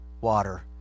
water